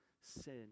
sin